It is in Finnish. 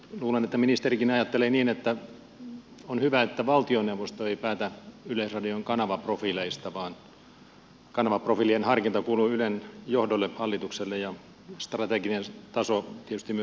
luulen että ministerikin ajattelee niin että on hyvä että valtioneuvosto ei päätä yleisradion kanavaprofiileista vaan kanavaprofiilien harkinta kuuluu ylen johdolle hallitukselle ja strateginen taso tietysti myös hallintoneuvostolle